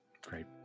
Great